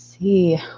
see